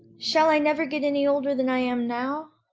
shall i never get any older than i am now?